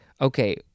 Okay